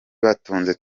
batunze